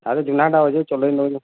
ଆରେ ଜୁନ୍ହାଟା ଅଛେ ଚଲେଇ ନେଉଛେଁ